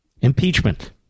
Impeachment